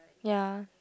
ya